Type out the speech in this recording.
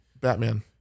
Batman